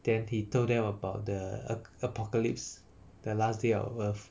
then he told them about the ap~ apocalypse the last day of earth